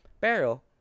Pero